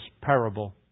parable